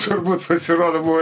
turbūt pasirodo buvo